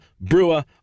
brewer